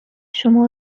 شما